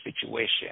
situation